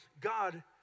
God